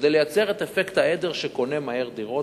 כדי לייצר את אפקט העדר שקונה מהר דירות,